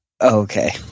Okay